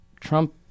Trump